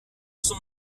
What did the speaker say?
son